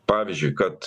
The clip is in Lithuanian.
pavyzdžiui kad